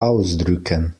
ausdrücken